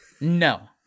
no